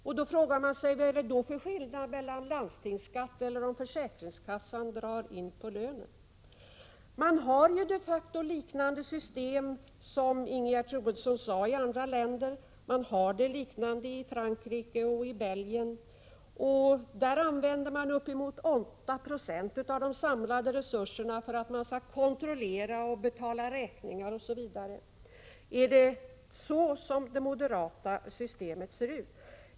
Man frågar sig då vad det är för skillnad mellan landstingsskatt och försäkringskassans avdrag på lönen. Som Ingegerd Troedsson sade har man de facto liknande system i andra länder, t.ex. i Frankrike och Belgien. Där används uppemot 8 96 av de samlade resurserna för att bl.a. kontrollera och betala räkningar. Är det så det moderata systemet ser ut?